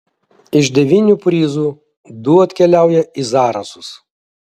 iš devynių prizų du atkeliauja į zarasus